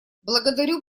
благодарю